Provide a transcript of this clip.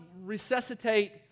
resuscitate